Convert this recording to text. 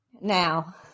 now